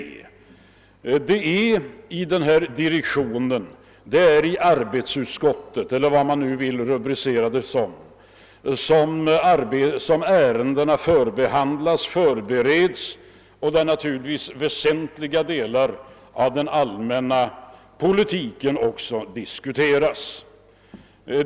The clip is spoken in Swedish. Det är i denna direktion, i arbetsutskottet — eller vad man nu vill kalla det — som ärendena förbereds och där naturligtvis också väsentliga delar av den allmänna politiken diskuteras.